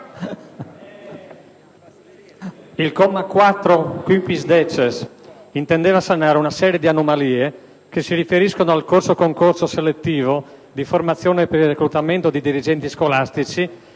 il comma 4-*quinquiesdecies* intendeva sanare una serie di anomalie che si riferiscono al corso-concorso selettivo di formazione per il reclutamento di dirigenti scolastici